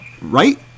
right